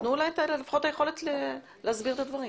תנו לה לפחות את היכולת להסביר את הדברים.